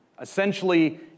essentially